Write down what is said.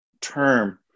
term